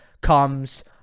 comes